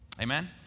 Amen